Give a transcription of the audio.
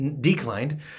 declined